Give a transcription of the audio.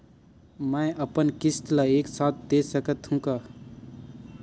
मै अपन किस्त ल एक साथ दे सकत हु का?